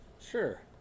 Sure